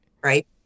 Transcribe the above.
Right